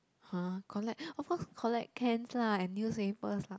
!huh! collect of course collect cans lah and newspapers lah